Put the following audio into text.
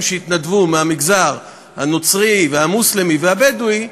שהתנדבו מהמגזר הנוצרי והמוסלמי והבדואי,